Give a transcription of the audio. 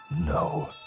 No